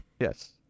Yes